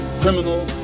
criminal